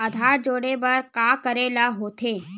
आधार जोड़े बर का करे ला होथे?